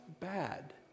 bad